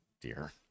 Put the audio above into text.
Dear